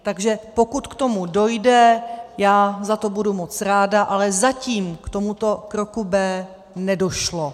Takže pokud k tomu dojde, já za to budu moc ráda, ale zatím k tomuto kroku B nedošlo.